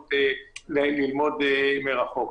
האפשרות ללמוד מרחוק.